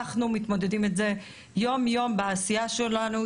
אנחנו מתמודדים עם זה יום יום בעשייה שלנו.